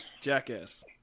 Jackass